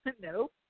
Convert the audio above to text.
No